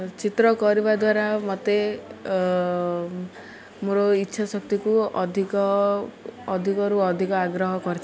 ଚିତ୍ର କରିବା ଦ୍ୱାରା ମୋତେ ମୋର ଇଚ୍ଛା ଶକ୍ତିକୁ ଅଧିକ ଅଧିକରୁ ଅଧିକ ଆଗ୍ରହ କରିଥାଏ